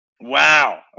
Wow